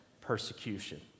persecution